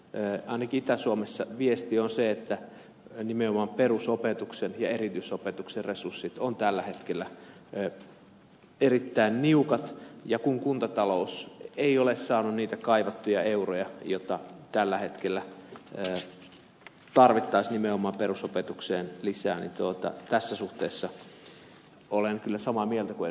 ainakin itä suomessa viesti on se että nimenomaan perusopetuksen ja erityisopetuksen resurssit ovat tällä hetkellä erittäin niukat ja kun kuntatalous ei ole saanut niitä kaivattuja euroja joita tällä hetkellä tarvittaisiin nimenomaan perusopetukseen lisää niin tässä suhteessa olen kyllä samaa mieltä kuin ed